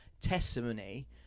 testimony